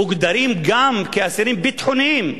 מוגדרים גם כאסירים ביטחוניים,